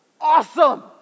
awesome